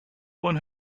won